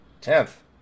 Tenth